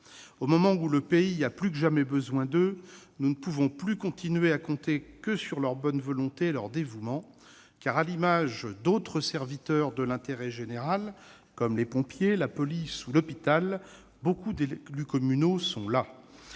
Au moment où le pays a plus que jamais besoin d'eux, nous ne pouvons plus continuer à compter uniquement sur leur bonne volonté et leur dévouement, car, à l'image d'autres serviteurs de l'intérêt général, comme les pompiers, les policiers ou la fonction publique hospitalière, beaucoup d'élus communaux sont las.